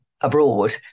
abroad